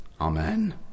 Amen